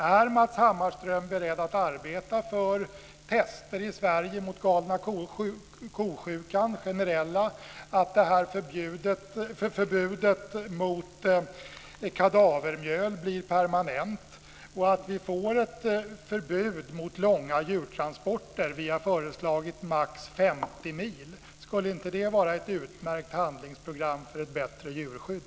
Är Matz Hammarström beredd att arbeta för generella tester i Sverige mot galna ko-sjukan, att förbudet mot kadavermjöl blir permanent och att vi får ett förbud mot långa djurtransporter? Vi har föreslagit maximalt 50 mil. Skulle inte det vara ett utmärkt handlingsprogram för ett bättre djurskydd?